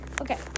Okay